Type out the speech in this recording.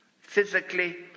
physically